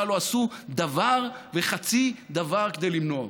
לא עשו דבר וחצי דבר כדי למנוע אותו.